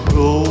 go